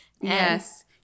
Yes